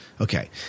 Okay